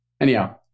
Anyhow